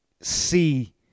see